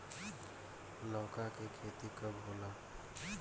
लौका के खेती कब होला?